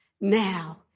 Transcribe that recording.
now